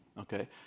okay